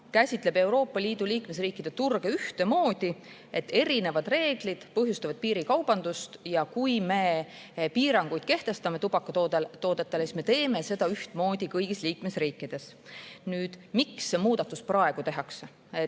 käsitleb Euroopa Liidu liikmesriikide turge ühtemoodi. Erinevad reeglid põhjustavad piirikaubandust ja kui me kehtestame tubakatoodetele piiranguid, siis me teeme seda ühtmoodi kõigis liikmesriikides. Miks see muudatus praegu tehakse?